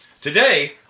Today